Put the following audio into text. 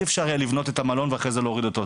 אי-אפשר לבנות את המלון ואחרי זה להוריד אותו,